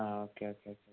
ആ okay okay okay